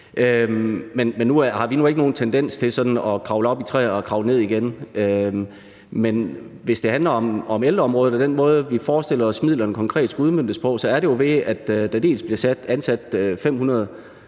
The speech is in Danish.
Nu har vi nu ikke nogen tendens til sådan at kravle op i træer og kravle ned igen. Men hvis det handler om ældreområdet og den måde, vi forestiller os midlerne konkret skulle udmøntes på, er det jo, ved at der dels bliver ansat 500